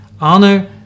Honor